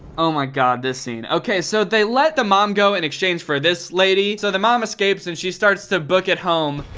oh my god, this scene. okay, so they let the mom go in exchange for this lady. so the mom escapes and she starts to book it home.